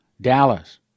Dallas